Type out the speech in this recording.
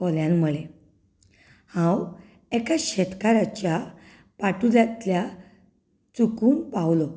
कोल्यान म्हणलें हांव एका शेतकाराच्या पाटुल्यांतल्यान चुकून पावलो